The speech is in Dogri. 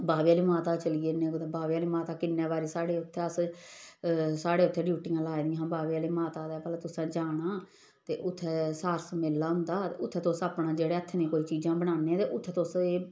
बाह्वे आह्ली माता चली गन्ने कुदै बाह्वे आह्ली माता किन्ने बारी साढ़े उत्थै अस साढ़े उत्थै ड्यूटियां लाई दियां हियां बाह्वे आह्ली माता दे भला तुसें जाना ते उत्थें सार्स मेला होंदा उत्थें तुस अपना जेह्ड़े हत्थें दी कोई चीज़ां बनाने ते उत्थें तुस एह्